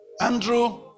andrew